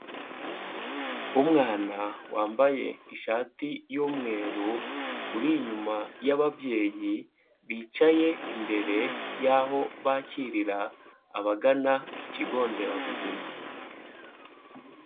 Umwana wambaye ishati y'umweru uri inyuma y'ababyeyi bicaye imbere yaho bakirira abagana ikigo nderabuzima.